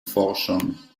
forschung